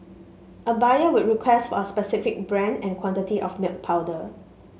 a buyer would request for a specific brand and quantity of milk powder